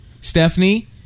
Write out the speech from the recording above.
Stephanie